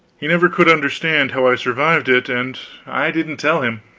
he never could understand how i survived it, and i didn't tell him.